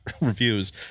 reviews